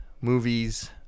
movies